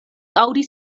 aŭdis